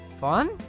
Fun